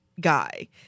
guy